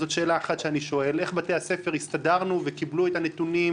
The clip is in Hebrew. זאת שאלה אחת שאני שואל: איך בבתי הספר הסתדרנו וקיבלו את כל הנתונים,